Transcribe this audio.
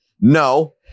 no